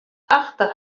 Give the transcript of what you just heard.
achter